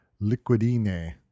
Liquidine